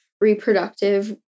reproductive